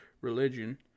religion